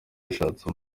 yashatse